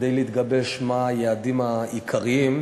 כדי לגבש את היעדים העיקריים.